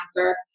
answer